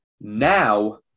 Now